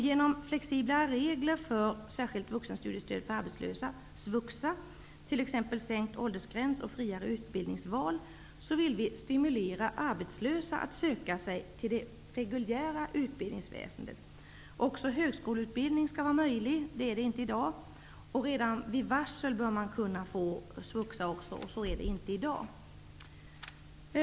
Genom flexiblare regler för särskilt vuxenstudiestöd för arbetslösa, SVUXA, t.ex. sänkt åldersgräns och friare utbildningsval, vill vi stimulera arbetslösa att söka sig till det reguljära utbildningsväsendet. Även högskoleutbildning skall vara möjlig; det är den inte i dag. Redan vid varsel bör man kunna få SVUXA; det får man inte i dag.